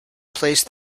placed